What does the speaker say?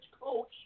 coach